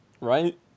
right